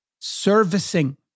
servicing